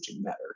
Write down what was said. better